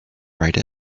write